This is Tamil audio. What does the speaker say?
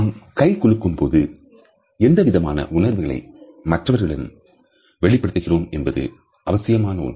நாம் கை குலுக்கும் போது எந்தவிதமான உணர்வுகளை மற்றவர்களிடம் வெளிப்படுத்துகிறோம் என்பது அவசியமான ஒன்று